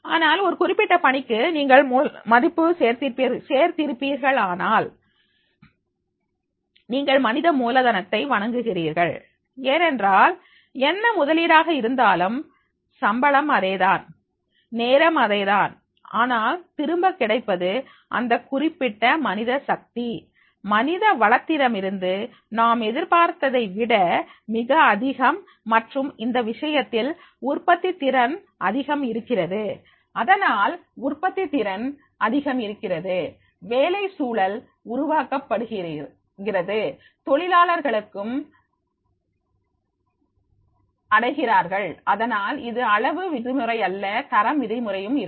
ஆனால் ஒரு குறிப்பிட்ட பணிக்கு நீங்கள் மதிப்பு சேர்ப்பீர்களானால் நீங்கள் மனித மூலதனத்தை வணங்குகிறீர்கள் ஏனென்றால் என்ன முதலீடாக இருந்தாலும் சம்பளம் அதேதான் நேரம் அதேதான் ஆனால் திரும்ப கிடைப்பது இந்த குறிப்பிட்ட மனித சக்தி மனித வளத்தி டமிருந்து நாம் எதிர்பார்த்ததைவிட மிக அதிகம் மற்றும் இந்த விஷயத்தில் உற்பத்தித் திறன் அதிகம் இருக்கிறது அதனால் உற்பத்தித் திறன் அதிகம் இருக்கிறது வேலை சூழல் உருவாக்கப்படுகிறது தொழிலாளர்களுக்கும் அடைகிறார்கள் அதனால் இது அளவு விதிமுறை மட்டுமல்ல தரம் விதிமுறையும் இருக்கும்